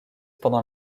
pendant